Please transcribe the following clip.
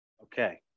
Okay